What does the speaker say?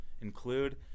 include